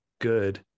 good